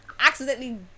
accidentally